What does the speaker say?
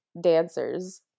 dancers